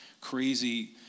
crazy